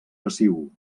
passiu